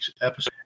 episode